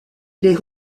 les